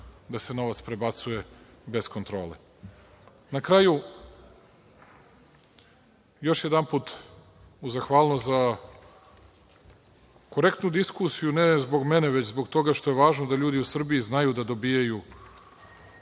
da se novac prebacuje bez kontrole. Na kraju, još jedanput, uz zahvalnost za korektnu diskusiju, ne zbog mene, već zbog toga što je važno da ljudi u Srbiji znaju da dobijaju